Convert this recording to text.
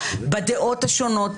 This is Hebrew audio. בדעות השונות,